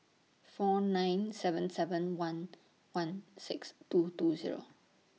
four nine seven seven one one six two two Zero